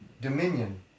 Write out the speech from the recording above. Dominion